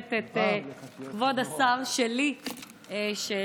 ושואלת פה את כבוד השר שלי שאלה,